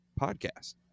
podcast